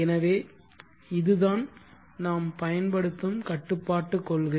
எனவே இதுதான் நாம் பயன்படுத்தும் கட்டுப்பாட்டுக் கொள்கை